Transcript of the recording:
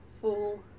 full